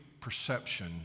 perception